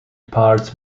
parts